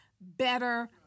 better